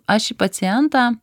aš į pacientą